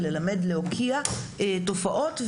וללמד להוקיע תופעות,